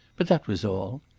but that was all.